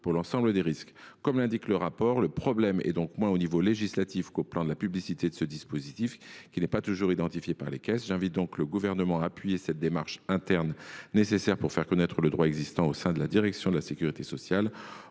pour l’ensemble des risques. Comme l’indique le rapport, le problème est donc moins législatif que relatif au manque de publicité de ce dispositif, qui n’est pas toujours identifié par les caisses. J’invite donc le Gouvernement à appuyer la démarche interne nécessaire pour faire connaître le droit existant au sein de la direction de la sécurité sociale.